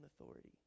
authority